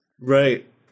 Right